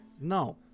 No